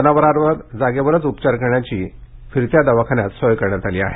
जनावरांवर जागेवरच उपचार करण्यासाठी फिरत्या दवाखान्याची सोय करण्यात आली आहे